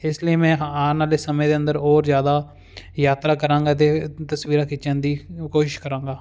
ਇਸ ਲਈ ਮੈਂ ਆਉਣ ਵਾਲੇ ਸਮੇਂ ਦੇ ਅੰਦਰ ਹੋਰ ਜ਼ਿਆਦਾ ਯਾਤਰਾ ਕਰਾਂਗਾ ਅਤੇ ਤਸਵੀਰਾਂ ਖਿੱਚਣ ਦੀ ਕੋਸ਼ਿਸ਼ ਕਰਾਂਗਾ